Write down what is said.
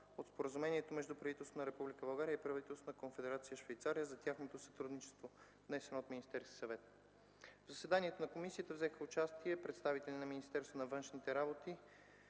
от Споразумението между правителството на Република България и правителството на Конфедерация Швейцария за техническо сътрудничество, внесен от Министерския съвет. В заседанието на комисията взеха участие представители на Министерство на външните работи